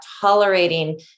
tolerating